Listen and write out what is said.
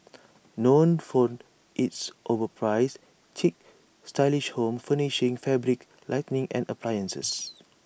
known for its overpriced chic stylish home furnishings fabrics lighting and appliances